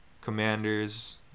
Commanders